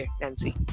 Nancy